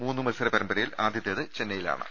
മൂന്നു മത്സര പരമ്പരയിൽ ആദ്യത്തേത് ചെന്നൈയിലാ ണ്